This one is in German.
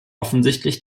offensichtlich